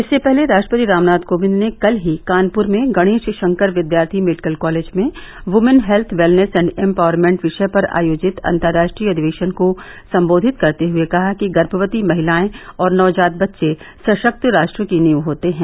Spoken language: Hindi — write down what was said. इससे पहले रा ट्रपति रामनाथ कोविंद ने कल ही कानपुर में गणेश ांकर विद्यार्थी मेडिकल कॉलेज में women health wellness and empowerment वि ाय परँ आयोजित अतर्रा ट्रीय अधिवेशन को संबोधित करते हुए कहा कि गर्भवती महिलायें और नवजात बच्चे सशक्त रा ट्र की नींव होते हैं